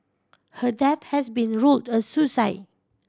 her death has been ruled a suicide